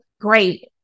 great